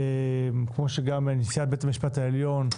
כמו שגם נשיאת בית המשפט העליון,